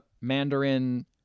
Mandarin